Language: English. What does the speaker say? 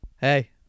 Hey